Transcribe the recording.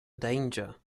danger